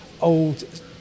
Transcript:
old